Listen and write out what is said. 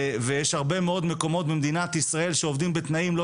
יש הרבה מאוד מקומות במדינת ישראל שעובדים בתנאים לא